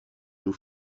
nous